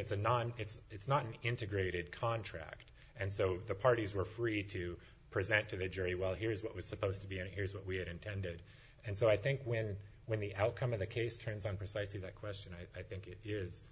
it's a non it's not an integrated contract and so the parties were free to present to the jury well here's what was supposed to be and here's what we had intended and so i think when when the outcome of the case turns on precisely that question i think it is